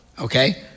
Okay